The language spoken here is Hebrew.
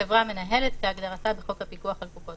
"חברה מנהלת" כהגדרתה בחוק הפיקוח על קופות